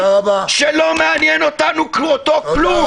שלא מעניין אותו כלום.